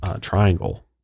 triangle